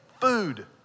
food